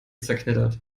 zerknittert